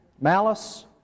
malice